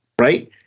Right